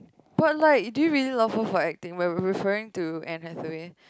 but like do you really love her for acting when we're referring to Anne-Hathaway